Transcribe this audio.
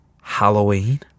Halloween